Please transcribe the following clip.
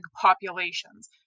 populations